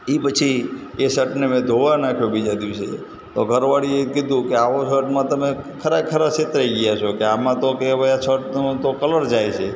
એ પછી એ શર્ટને મેં ધોવા નાખ્યો બીજા દિવસે તો ઘરવાળીએ કીધું કે આવો શર્ટમાં તમે ખરેખરા છેતરાઇ ગયા છો કે આમાં તો કે હવે આ શર્ટનો તો કલર જાય છે